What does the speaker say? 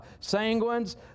Sanguines